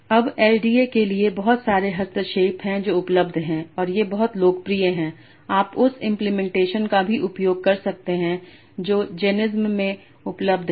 अब एलडीए के लिए बहुत सारे हस्तक्षेप हैं जो उपलब्ध हैं और ये बहुत लोकप्रिय हैं आप उन इम्प्लिमेंटेशन्स का भी उपयोग कर सकते हैं जो जेनिस्म में उपलब्ध हैं